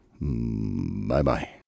Bye-bye